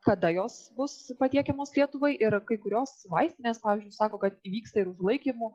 kada jos bus patiekiamos lietuvai ir kai kurios vaistinės pavyzdžiui sako kad įvyksta ir laikymų